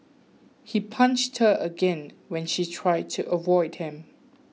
he punched her again when she tried to avoid him